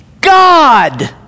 God